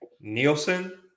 Nielsen